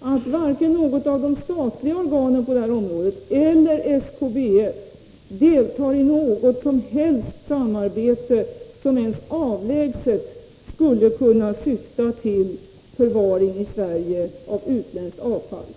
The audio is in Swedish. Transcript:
att varken något av de statliga organen på detta område eller SKBF deltar i något som helst samarbete som ens avlägset skulle kunna syfta till förvaring i Sverige av utländskt avfall.